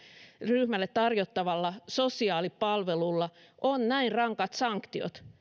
ryhmälle tarjottavalla sosiaalipalvelulla on näin rankat sanktiot suhteessa